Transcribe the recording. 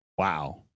Wow